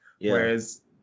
whereas